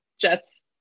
Jets